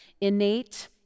innate